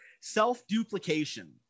Self-duplication